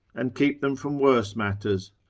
and keep them from worse matters,